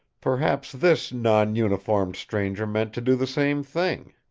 perhaps this non-uniformed stranger meant to do the same thing.